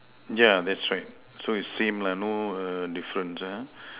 yeah that's right so it seems like no err difference ah